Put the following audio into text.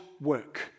work